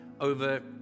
over